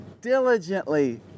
diligently